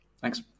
Thanks